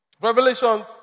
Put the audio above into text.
Revelations